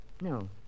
No